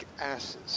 asses